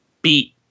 beat